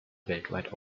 weltweit